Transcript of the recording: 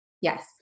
yes